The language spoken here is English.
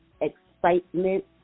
excitement